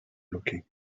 looking